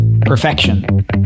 Perfection